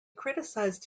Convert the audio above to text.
criticized